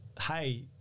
hey